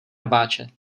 rváče